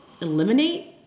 eliminate